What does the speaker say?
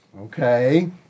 Okay